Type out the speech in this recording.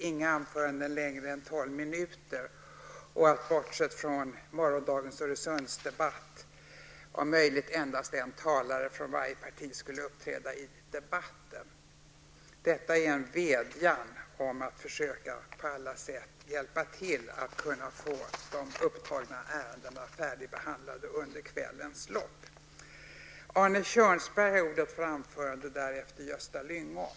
Inget anförande skall vara längre än tolv minuter, och bortsett från morgondagens Öresundsdebatt skall om möjligt endast en talare från varje parti uppträda i debatten. Detta är en vädjan om att på alla sätt försöka hjälpa till att få de upptagna ärendena färdigbehandlade under kvällens lopp.